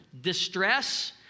distress